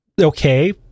okay